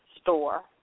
store